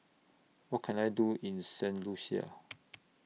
What Can I Do in Saint Lucia